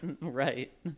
Right